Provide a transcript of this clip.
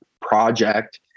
project